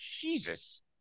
Jesus